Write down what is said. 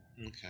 Okay